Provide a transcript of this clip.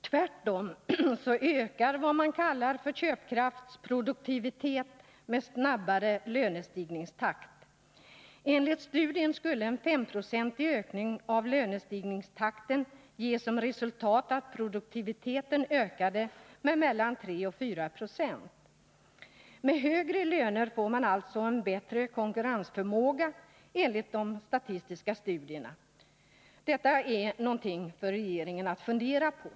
Tvärtom ökar vad man kallar köpkraftsproduk Nr 46 tivitet med snabbare lönestigningstakt. Enligt studien skulle en 5-procentig ökning av lönestigningstakten ge som resultat att produktiviteten ökade med mellan 3 och 4 96. Med högre löner får man alltså en bättre konkurrensför måga, enligt statistiken. Detta är någonting för regeringen att fundera på.